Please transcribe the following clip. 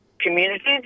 communities